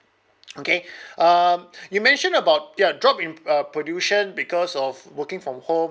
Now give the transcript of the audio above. okay um you mention about their drop in uh pollution because of working from home